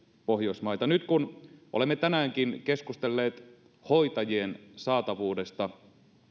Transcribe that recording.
pohjoismaita nyt kun olemme tänäänkin keskustelleet hoitajien saatavuudesta